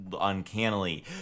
uncannily